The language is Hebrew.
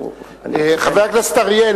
חבר הכנסת אריאל,